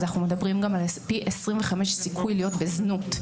אז אנחנו מדברים גם על פי 25 סיכוי להיות בזנות.